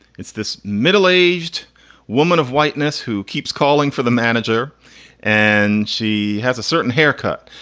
it's this middle aged woman of whiteness who keeps calling for the manager and she has a certain haircut.